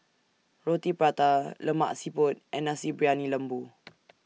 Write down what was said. Roti Prata Lemak Siput and Nasi Briyani Lembu